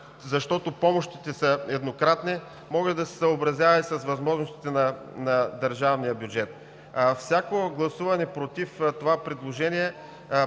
защото помощите са еднократни, може да се съобразява и с възможностите на държавния бюджет. Всяко гласуване „против“ това предложение